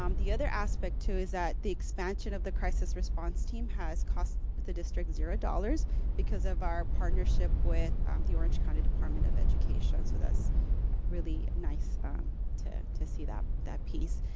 um the other aspect too is that the expansion of the crisis response team has cost the district zero dollars because of our partnership with um the orange county department of education. so that's really nice to to see that that piece.